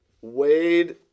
Wade